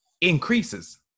increases